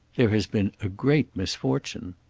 there has been a great misfortune.